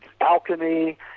alchemy